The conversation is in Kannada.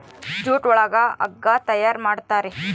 ಜೂಟ್ ಒಳಗ ಹಗ್ಗ ತಯಾರ್ ಮಾಡುತಾರೆ